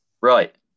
Right